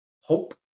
hope